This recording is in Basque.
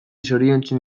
zoriontzen